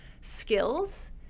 skills